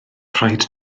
rhaid